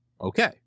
Okay